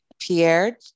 pierre